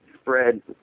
spread